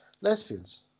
Lesbians